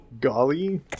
Golly